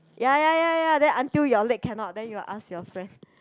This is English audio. ya ya ya ya then until your leg cannot then you like ask your friend